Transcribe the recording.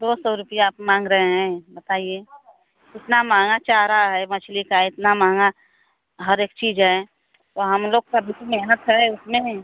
दो सौ रुपिया आप माँग रहे हैं बताइए इतना महँगा चाह रहा है मछली का इतना महँगा हर एक चीज है तो हम लोग का भी तो मेहनत का है उसमें